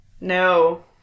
No